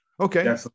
okay